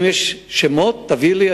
אם יש שמות, תביא לי.